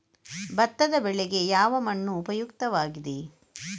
ಭತ್ತದ ಬೆಳೆಗೆ ಯಾವ ಮಣ್ಣು ಉಪಯುಕ್ತವಾಗಿದೆ?